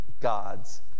God's